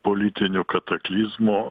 politinių kataklizmų